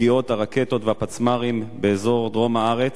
ופגיעות הרקטות והפצמ"רים באזור דרום הארץ.